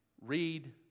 Read